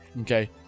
okay